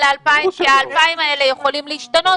ל-2,000 כי ה-2,000 האלה יכולים להשתנות,